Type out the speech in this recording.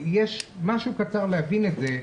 דוגמה קצרה להבין את זה.